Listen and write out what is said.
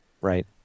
Right